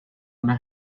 una